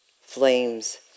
flames